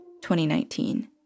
2019